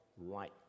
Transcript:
right